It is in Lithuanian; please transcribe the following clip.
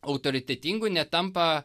autoritetingų netampa